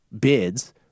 bids